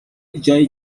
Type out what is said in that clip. جایی